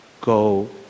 go